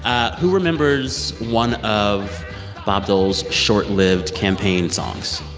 ah who remembers one of bob dole's short-lived campaign songs?